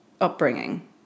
upbringing